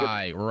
Right